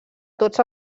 tots